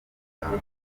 muganga